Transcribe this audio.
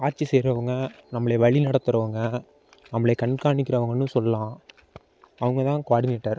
ஆட்சி செய்றவங்க நம்மள வழி நடத்துறவங்க நம்மள கண்காணிக்கிறவங்கனு சொல்லாம் அவங்கதான் குவாடினேட்டர்